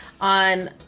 on